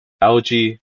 algae